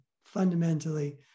fundamentally